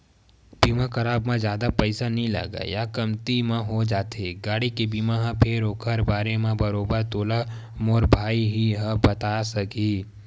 बीमा कराब म जादा पइसा नइ लगय या कमती म हो जाथे गाड़ी के बीमा ह फेर ओखर बारे म बरोबर तोला मोर भाई ह ही बताय सकही